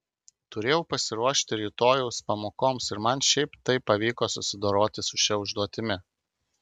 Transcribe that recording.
turėjau pasiruošti rytojaus pamokoms ir man šiaip taip pavyko susidoroti su šia užduotimi